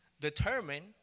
determine